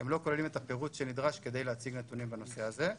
לא כוללים את הפירוט שנדרש כדי להציג נתונים בנושא הזה.